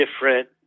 different